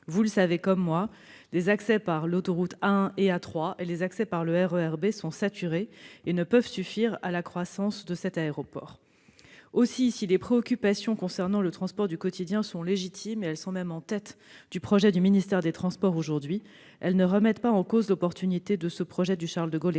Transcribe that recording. Vous le savez, les accès par les autoroutes A1 et A3 et le RER B sont saturés et ne pourront suffire à la croissance de cet aéroport. Aussi, si les préoccupations concernant le transport du quotidien sont légitimes et sont même en tête du projet du ministère des transports, elles ne remettent pas en cause l'opportunité de ce projet du Charles-de-Gaulle Express.